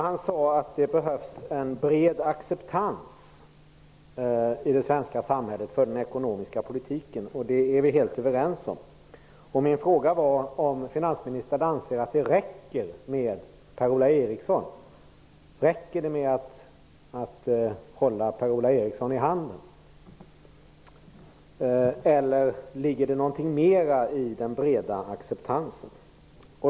Han sade att det behövs en bred acceptans i det svenska samhället för den ekonomiska politiken. Det är vi helt överens om. Jag frågade: Anser finansministern att det räcker med att hålla Per-Ola Eriksson i handen, eller ligger det någonting mera i den breda acceptansen?